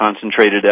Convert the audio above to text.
concentrated